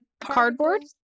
cardboard